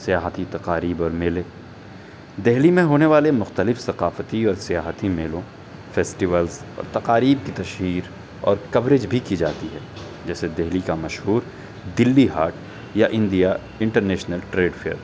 سیاحتی تقاریب اور میلے دہلی میں ہونے والے مختلف ثقافتی اور سیاحتی میلوں فیسٹیولس اور تقاریب کی تشہیر اور کوریج بھی کی جاتی ہے جیسے دہلی کا مشہور دہلی ہاٹ یا انڈیا انٹرنیشنل ٹریڈ فیئر